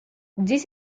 this